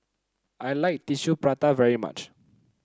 I like Tissue Prata very much